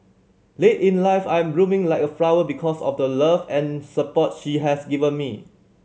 late in life I'm blooming like a flower because of the love and support she has given me